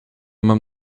mam